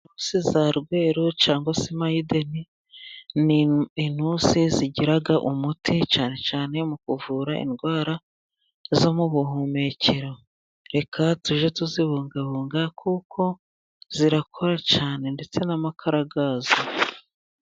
Sezaberu cg se mayiden ni inturusu zigira umuti ,cyane cyane mu kuvura indwara zo mu buhumekero. Reka tujye tuzibungabunga kuko zirakora cyane ndetse n'amakara yazo.